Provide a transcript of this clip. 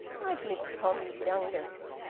i'd missed tom's youngest.